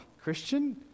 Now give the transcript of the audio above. Christian